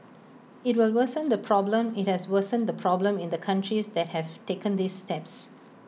IT will worsen the problem IT has worsened the problem in the countries that have taken these steps